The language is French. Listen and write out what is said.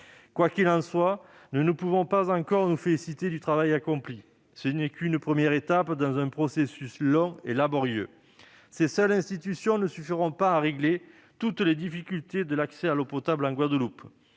Quoi qu'il en soit, nous ne pouvons pas encore nous féliciter du travail accompli, dans la mesure où il ne s'agit que d'une première étape dans un processus long et laborieux. Ces seules institutions ne suffiront pas à régler toutes les difficultés de l'accès à l'eau potable en Guadeloupe.